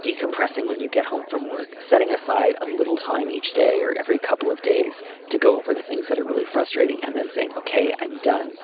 decompressing when you get home from work setting aside a little time each day or every couple of days to go over the things that are really frustrating and then saying okay i'm done.